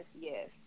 yes